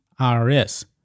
IRS